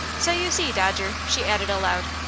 so you see, dodger, she added, aloud,